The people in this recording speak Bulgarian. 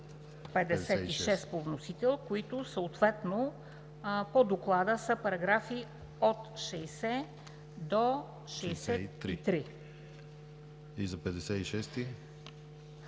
56 по вносител, които съответно по доклада са параграфи от 60 до 63.